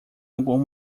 algum